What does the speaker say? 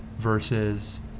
versus